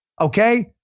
Okay